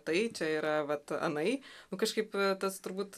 tai čia yra vat anai nu kažkaip tas turbūt